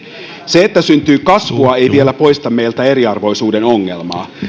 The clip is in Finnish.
se että syntyy kasvua ei vielä poista meiltä eriarvoisuuden ongelmaa